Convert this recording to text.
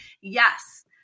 Yes